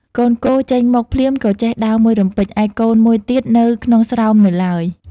កូនគោចេញមកភ្លាមក៏ចេះដើរមួយរំពេច ឯកូនមួយទៀតនៅក្នុងស្រោមនៅឡើយ ។